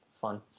fun